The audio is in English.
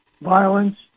violence